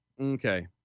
Okay